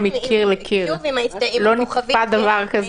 עם כוכבית,